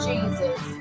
Jesus